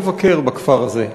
לבקר בכפר הזה,